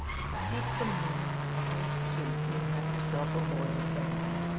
take the money, buy a suit, and you have yourself a lawyer, raymond.